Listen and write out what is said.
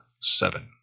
seven